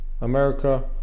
America